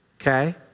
okay